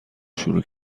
شروع